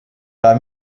bei